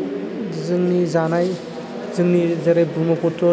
जोंनि जानाय जोंनि जेरै ब्रह्मपुत्र